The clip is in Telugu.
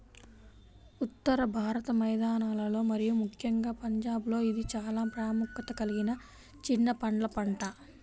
ఉత్తర భారత మైదానాలలో మరియు ముఖ్యంగా పంజాబ్లో ఇది చాలా ప్రాముఖ్యత కలిగిన చిన్న పండ్ల పంట